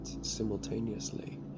simultaneously